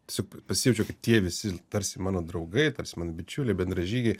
tiesiog pasijaučiau kad tie visi tarsi mano draugai tarsi mano bičiuliai bendražygiai